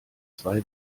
zwei